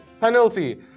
penalty